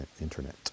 Internet